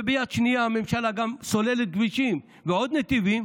ביד השנייה הממשלה גם סוללת כבישים ועוד נתיבים,